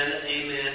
amen